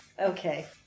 okay